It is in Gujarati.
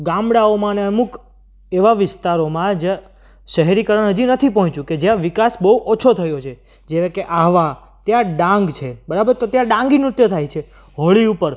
ગામડાઓમાં અને અમુક એવા વિસ્તારોમાં જ્યાં શહેરીકરણ હજી નથી પહોંચ્યું કે જ્યાં વિકાસ બહુ ઓછો થયો છે જેવા કે આહવા ત્યાં ડાંગ છે બરાબર તો ત્યાં ડાંગી નૃત્ય થાય છે હોળી ઉપર